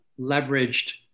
leveraged